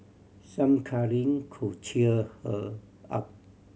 some cuddling could cheer her up